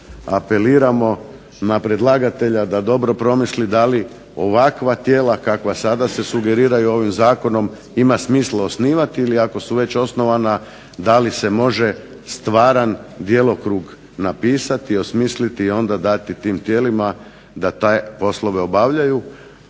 apeliramo na predlagatelja da dobro promisli da ovakva tijela kakva se sada sugeriraju ovim Zakonom imaju se smisla osnivati ili ako su već osnovana da li se može stvaran djelokrug napisati, osmisliti i onda dati tim tijelima da te poslove obavljaju.